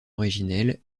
originelle